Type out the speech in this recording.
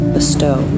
Bestow